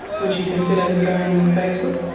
would you consider going on facebook?